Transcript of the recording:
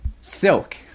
Silk